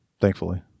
thankfully